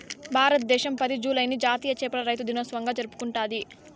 భారతదేశం పది, జూలైని జాతీయ చేపల రైతుల దినోత్సవంగా జరుపుకుంటాది